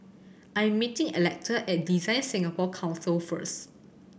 I am meeting Electa at DesignSingapore Council first